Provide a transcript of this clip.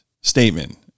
statement